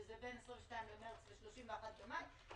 שזה בין 22 במרץ ל-31 במאי,